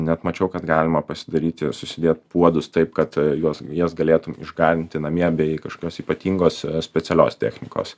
net mačiau kad galima pasidaryti susidėt puodus taip kad juos jas galėtum išgarinti namie bei kažkokios ypatingos specialios technikos